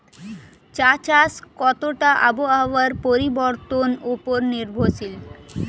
চা চাষ কতটা আবহাওয়ার পরিবর্তন উপর নির্ভরশীল?